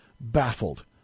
baffled